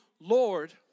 Lord